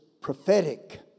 prophetic